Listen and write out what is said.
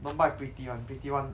don't buy pretty [one] pretty [one]